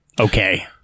Okay